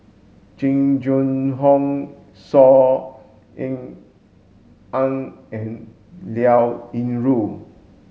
Jing Jun Hong Saw Ean Ang and Liao Yingru